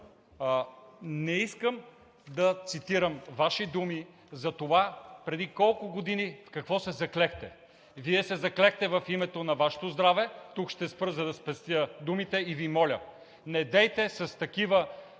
не искам да цитирам Ваши думи за това преди колко години в какво се заклехте. Вие се заклехте в името на Вашето здраве – тук ще спра, за да спестя думите, и Ви моля: недейте с такива